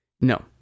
No